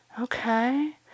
okay